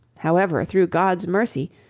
however, through god's mercy,